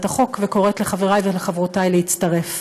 החוק וקוראת לחברי ולחברותי להצטרף.